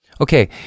Okay